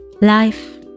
Life